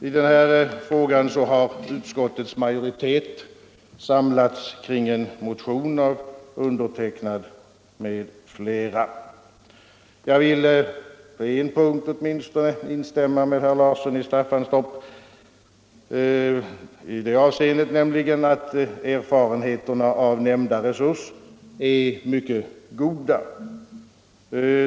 I den här frågan har utskottets majoritet samlats kring en motion av mig och några medmotionärer. Jag vill på åtminstone en punkt instämma med herr Larsson i Staffanstorp, nämligen i det avseendet att erfarenheterna av nämnda resurs är mycket goda.